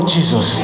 Jesus